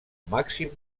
màxim